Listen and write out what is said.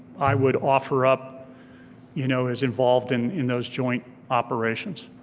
i would offer up you know as involved in in those joint operations.